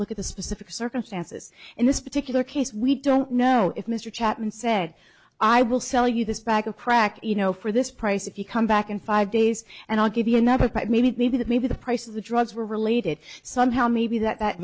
look at the specific circumstances in this particular case we don't know if mr chapman said i will sell you this bag of crack you know for this price if you come back in five days and i'll give you another primate maybe that maybe the price of the drugs were related somehow maybe that